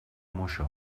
moixó